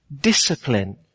discipline